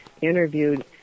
interviewed